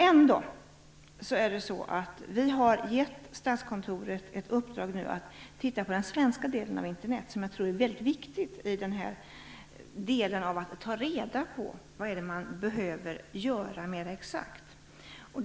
Trots det har vi nu gett Statskontoret i uppdrag att titta närmare på den svenska delen av Internet, ett område där jag tror det är viktigt att få reda på vad man behöver göra mer exakt.